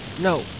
No